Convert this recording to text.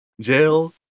Jail